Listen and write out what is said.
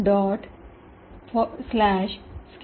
skip instruction gdb